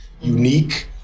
unique